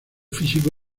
físico